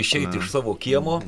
išeiti iš savo kiemo